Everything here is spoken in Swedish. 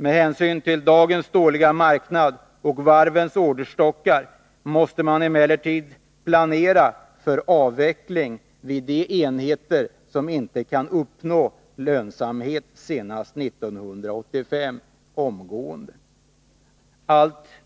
Med hänsyn till dagens dåliga marknad och varvens orderstockar måste man emellertid omgående planera för avveckling vid de enheter som inte kan uppnå lönsamhet senast 1985.